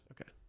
Okay